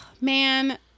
man